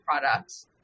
products